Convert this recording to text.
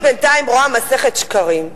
אני בינתיים רואה מסכת שקרים,